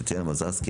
טטיאנה מזרסקי,